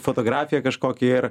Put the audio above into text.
fotografiją kažkokią ir